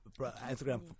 Instagram